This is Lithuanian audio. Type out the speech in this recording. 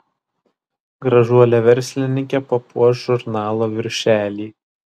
gražuolė verslininkė papuoš žurnalo viršelį